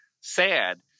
sad